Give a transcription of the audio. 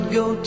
go